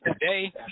today